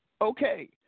Okay